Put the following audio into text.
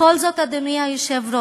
בכל זאת, אדוני היושב-ראש,